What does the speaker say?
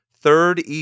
third